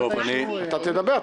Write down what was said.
אתה תדבר.